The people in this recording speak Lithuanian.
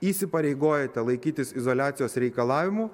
įsipareigojate laikytis izoliacijos reikalavimų